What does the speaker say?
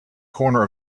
corner